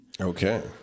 Okay